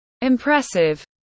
impressive